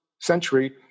century